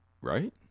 Right